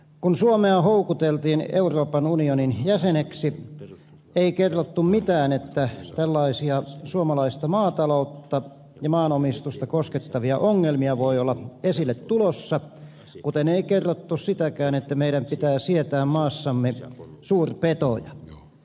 kun suomea houkuteltiin euroopan unionin jäseneksi ei kerrottu mitään että tällaisia suomalaista maataloutta ja maanomistusta koskettavia ongelmia voi olla tulossa esille kuten ei kerrottu sitäkään että meidän pitää sietää maassamme suurpetoja